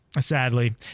Sadly